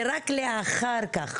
ורק אחר כך,